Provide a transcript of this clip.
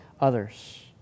others